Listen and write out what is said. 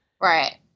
Right